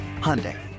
Hyundai